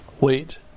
wait